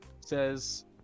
says